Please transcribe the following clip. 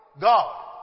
God